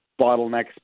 bottlenecks